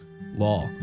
Law